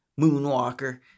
Moonwalker